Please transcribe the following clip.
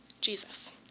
Jesus